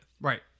Right